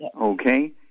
Okay